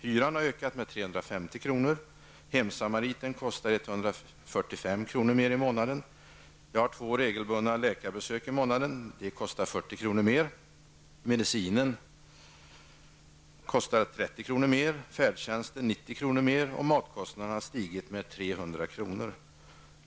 Hyran har ökat med 350 kr. Hemsamariten kostar 145 kr. mer i månaden. Jag har två regelbundna läkarbesök i månaden. De kostar 40 kr. mer. Medicinen kostar 30 kr. mer, färdtjänsten 90 kr. mer, och matkostnaderna har stigit med 300 kr.